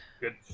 good